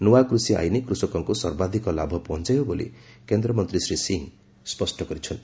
ନୂଆ କୃଷି ଆଇନ କୃଷକଙ୍କୁ ସର୍ବାଧିକ ଲାଭ ପହଞ୍ଚାଇବ ବୋଲି କେନ୍ଦ୍ରମନ୍ତ୍ରୀ ଶ୍ରୀ ସିଂ ସ୍ୱଷ୍ଟ କରିଛନ୍ତି